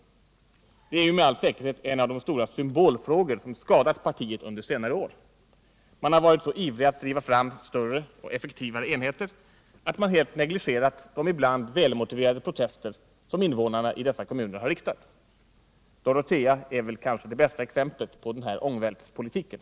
Det är med all säkerhet en av de stora symbolfrågor som skadat partiet under senare år. Man har varit så ivrig att driva fram större och effektivare enheter att man helt negligerat de ibland välmotiverade protester som invånarna i dessa kommuner har riktat. Dorotea är kanske det bästa exemplet på den här ångvältspolitiken.